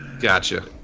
Gotcha